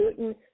Putin